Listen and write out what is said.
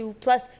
plus